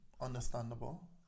understandable